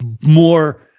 more